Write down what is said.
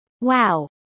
Wow